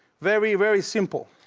very, very simple.